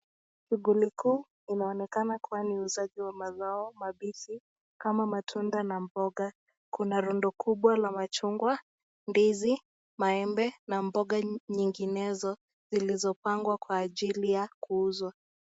Shughuli kuu inaonekana ni uuzaji wa mazao mabichi kama matunda na mboga Kuna rundo kubwa ya machungwa ndizi maembe na mboga nyinginezo zilizopangwa kwa ajili ya kuuza.